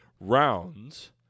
rounds